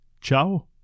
ciao